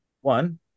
One